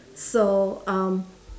so um